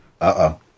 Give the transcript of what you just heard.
uh-oh